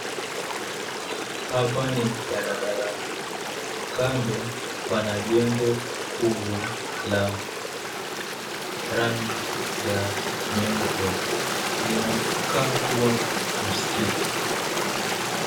Hapa ni barabarani, kando pana jengo kubwa la rangi ya nyeupe. Lina kaa kuwa msikiti.